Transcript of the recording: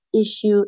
issue